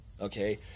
Okay